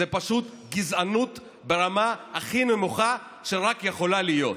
זו פשוט גזענות ברמה הכי נמוכה שרק יכולה להיות.